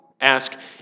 Ask